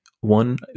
One